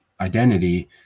identity